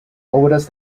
obras